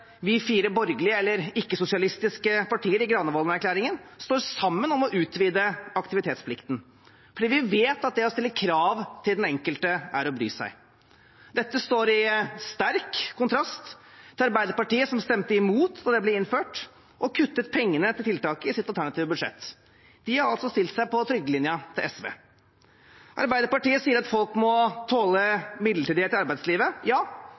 vi fire borgerlige – eller ikke-sosialistiske – partier i Granavolden-erklæringen står sammen om å utvide aktivitetsplikten, for vi vet at det å stille krav til den enkelte er å bry seg. Dette står i sterk kontrast til Arbeiderpartiet, som stemte imot da dette ble innført, og som kuttet pengene til tiltaket i sitt alternative budsjett. De har altså stilt seg på trygdelinja til SV. Arbeiderpartiet sier at folk må tåle midlertidighet i arbeidslivet. Ja,